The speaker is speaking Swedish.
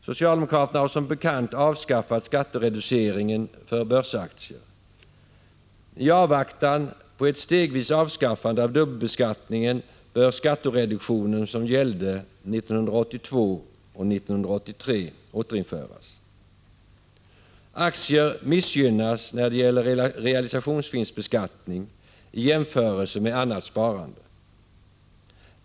Socialdemokraterna har som bekant avskaffat skattereduceringen för börsaktier. I avvaktan på ett stegvis avskaffande av dubbelbeskattningen bör den skattereduktion som gällde 1982 och 1983 återinföras. Aktier missgynnas när det gäller realisationsvinstbeskattning i jämförelse med annat sparande.